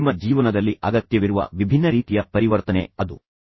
ಮತ್ತು ಅಂತಿಮವಾಗಿ ನೀವು ಅವರೊಂದಿಗೆ ಫಲಿತಾಂಶಗಳ ಬಗ್ಗೆ ಮಾತುಕತೆ ನಡೆಸುತ್ತೀರಿ